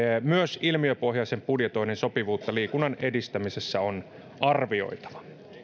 myös ilmiöpohjaisen budjetoinnin sopivuutta liikunnan edistämisessä on arvioitava